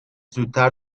زودتر